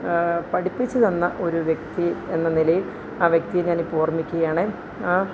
പഠിപ്പിച്ച് തന്ന ഒരു വ്യക്തി എന്ന നിലയിൽ ആ വ്യക്തിയെ ഞാൻ ഇപ്പം ഓർമ്മിക്കുകയാണ് ആ